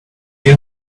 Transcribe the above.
here